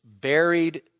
buried